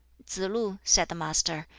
tsz-lu, said the master,